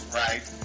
right